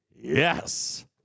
Yes